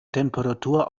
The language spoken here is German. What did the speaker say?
temperatur